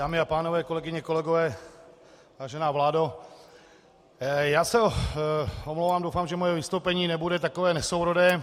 Dámy a pánové, kolegyně, kolegové, vážená vládo, já se omlouvám, doufám, že moje vystoupení nebude takové nesourodé.